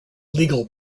legal